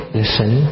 listen